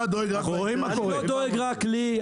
אתה דואג רק ל --- אני לא דואג רק לי,